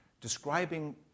Describing